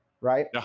right